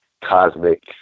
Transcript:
cosmic